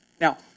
Now